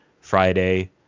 Friday